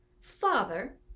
Father